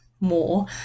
more